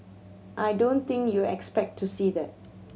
I don't think you're expect to see that